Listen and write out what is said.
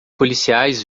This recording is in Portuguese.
policiais